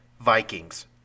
Vikings